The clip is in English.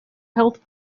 health